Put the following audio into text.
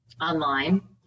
online